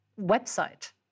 website